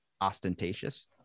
ostentatious